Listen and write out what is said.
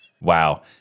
Wow